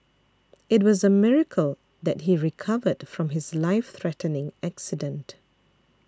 it was a miracle that he recovered from his life threatening accident